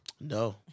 No